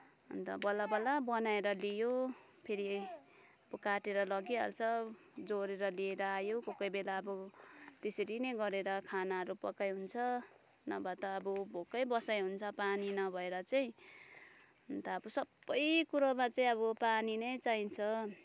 अन्त बल्ल बनाएर ल्यायो फेरि य काटेर लगिहाल्छ जोडेर लिएर आयो कोही कोही बेला अब त्यसरी नै गरेर खानाहरू पकाइ हुन्छ नभए त अब भोकै बसाइ हुन्छ पानी नभएर चाहिँ अन्त अब सबै कुरोमा चाहिँ अब पानी नै चाहिन्छ